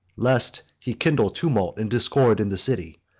lest he kindle tumult and discord in the city.